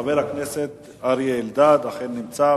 חבר הכנסת אריה אלדד, אכן נמצא.